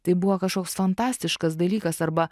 tai buvo kažkoks fantastiškas dalykas arba